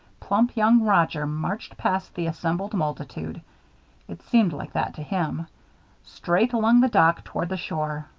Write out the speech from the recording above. plump young roger marched past the assembled multitude it seemed like that to him straight along the dock toward the shore,